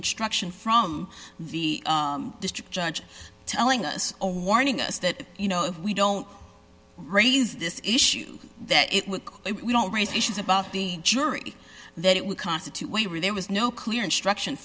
instruction from the district judge telling us warning us that you know if we don't raise this issue that it would we don't raise issues about the jury that it would constitute way where there was no clear instruction